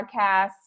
podcasts